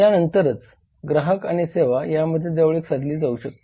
यानंतरच ग्राहक आणि सेवा यामध्ये जवळीक साधली जाऊ शकते